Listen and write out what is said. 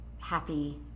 happy